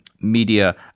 media